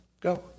Go